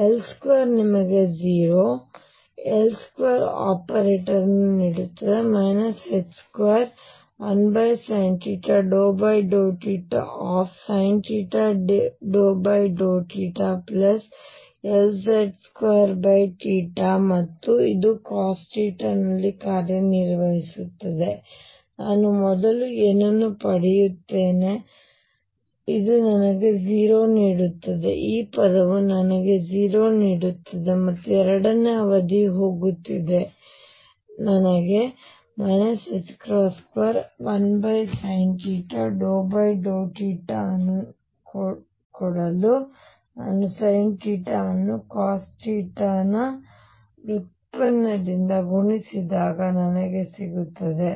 ಆದ್ದರಿಂದ L2 ನಿಮಗೆ 0 ಮತ್ತು L2 ಆಪರೇಟರ್ ಅನ್ನು ನೀಡುತ್ತದೆ ℏ21sinθ∂θsinθ∂θLz2 ಮತ್ತು ಇದು cos θ ನಲ್ಲಿ ಕಾರ್ಯನಿರ್ವಹಿಸುತ್ತದೆ ನಾನು ಮೊದಲು ಏನನ್ನು ಪಡೆಯುತ್ತೇನೆ 0 ನನಗೆ ನೀಡುತ್ತದೆ ಈ ಪದವು ನನಗೆ 0 ನೀಡುತ್ತದೆ ಮತ್ತು ಎರಡನೇ ಅವಧಿ ಹೋಗುತ್ತಿದೆ ನನಗೆ ℏ21sinθ∂θ ಅನ್ನು ಕೊಡಲು ನಾನು sinθ ಅನ್ನು cos θ ನ ವ್ಯುತ್ಪನ್ನದೊಂದಿಗೆ ಗುಣಿಸಿದಾಗ ನನಗೆ ಸಿಗುತ್ತದೆ